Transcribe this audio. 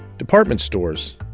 department stores,